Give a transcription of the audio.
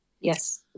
yes